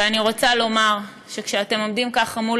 ואני רוצה לומר שכשאתם עומדים ככה מול